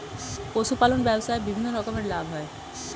পশুপালন ব্যবসায় বিভিন্ন রকমের লাভ হয়